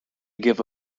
give